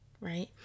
right